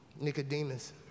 Nicodemus